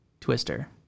Twister